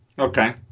Okay